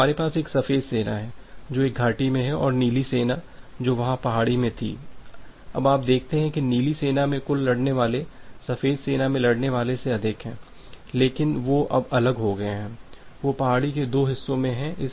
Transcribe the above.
तो हमारे पास एक सफेद सेना है जो एक घाटी में है और नीली सेना जो वहां पहाड़ी में थी अब आप देखते हैं कि नीली सेना में कुल लड़ने वाले सफेद सेना में लड़ने वालों से अधिक हैं लेकिन वे अब अलग हो गए हैं वे पहाड़ी के दो हिस्सों में हैं